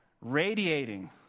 radiating